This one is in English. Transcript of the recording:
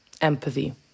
Empathy